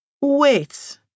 Wait